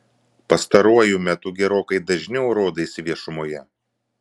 pastaruoju metu gerokai dažniau rodaisi viešumoje